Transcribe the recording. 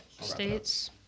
States